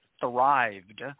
thrived